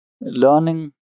learning